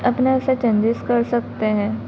अपन ऐसे चेंजेस कर सकते हैं